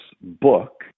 book